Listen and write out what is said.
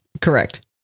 Correct